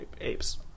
apes